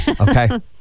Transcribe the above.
Okay